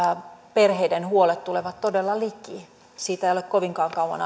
perheiden huolet tulevat todella liki siitä ei ole kovinkaan kauan